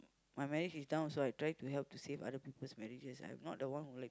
my marriage is down also I drive to hell to save other people's marriages I'm not the one like